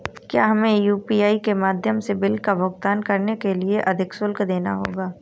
क्या हमें यू.पी.आई के माध्यम से बिल का भुगतान करने के लिए अधिक शुल्क देना होगा?